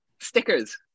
Stickers